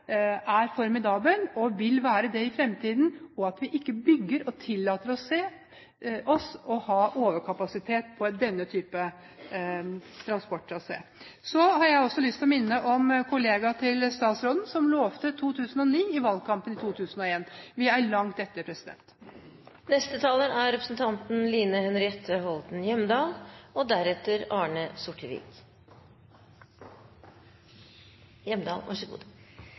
er formidabel og vil være det i fremtiden, og at vi ikke bygger og tillater oss å ha overkapasitet på denne type transporttrasé. Så har jeg også lyst til å minne om at kollegaen til statsråden lovte 2009 i valgkampen i 2001. Vi er langt etter. E18 er en viktig vei – viktig vei for Norge, viktig vei for Østfold. Derfor er det et viktig vedtak som Stortinget skal fatte senere i dag. Transport- og